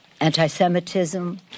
anti-Semitism